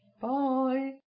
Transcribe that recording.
Bye